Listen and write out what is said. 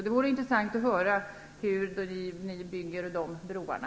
Det vore intressant att höra hur ni bygger de broarna.